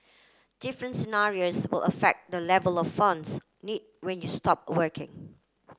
different scenarios will affect the level of funds need when you stop working